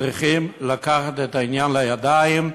צריכים לקחת את העניין לידיים.